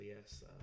yes